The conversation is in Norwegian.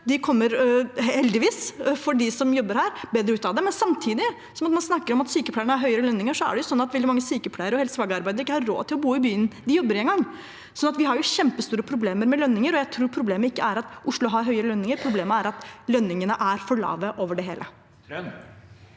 av det – heldigvis for dem som jobber her. Samtidig som man snakker om at sykepleierne har høyere lønninger, er det sånn at veldig mange sykepleiere og helsefagarbeidere ikke engang har råd til å bo i byen de jobber i. Vi har kjempestore problemer med lønninger, men jeg tror ikke problemet er at Oslo har høyere lønninger. Problemet er at lønningene er for lave over det hele.